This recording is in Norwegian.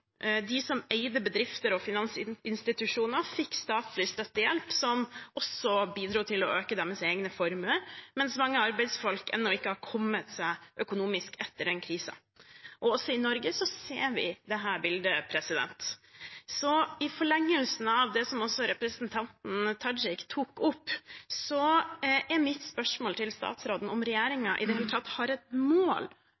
De som eide bedrifter og finansinstitusjoner, fikk statlig støttehjelp som også bidro til å øke deres egne formuer, mens mange arbeidsfolk ennå ikke har kommet seg økonomisk etter den krisen. Også i Norge ser vi dette bildet. Så i forlengelsen av det som også representanten Tajik tok opp, er mitt spørsmål til statsråden om